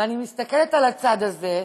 אני מסתכלת על הצד הזה,